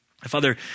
Father